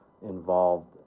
involved